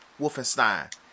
Wolfenstein